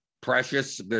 Precious